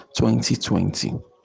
2020